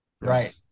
right